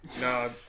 No